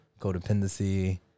codependency